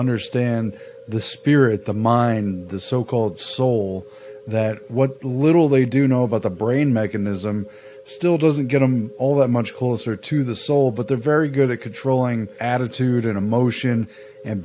understand the spirit the mind the so called soul that what little they do know about the brain mechanism still doesn't get them all that much closer to the soul but they're very good at controlling attitude and emotion and